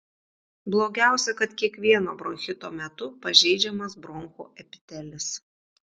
blogiausia kad kiekvieno bronchito metu pažeidžiamas bronchų epitelis